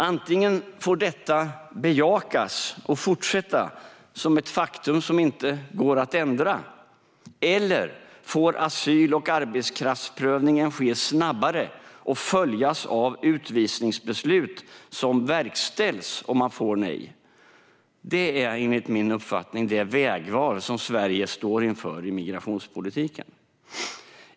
Antingen får detta bejakas och fortsätta som ett faktum som inte går att ändra eller så får asyl och arbetskraftsprövningen ske snabbare och följas av utvisningsbeslut som verkställs om man får nej. Det är enligt min uppfattning det vägval som Sverige står inför i migrationspolitiken.